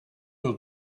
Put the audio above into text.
will